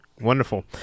Wonderful